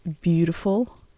beautiful